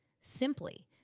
Simply